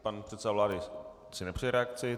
Pan předseda vlády si nepřeje reakci.